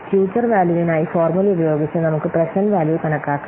future വാല്യൂവിനായി formula ഉപയോഗിച്ച് നമുക്ക് പ്രേസേന്റ്റ് വാല്യൂ കണക്കാക്കാം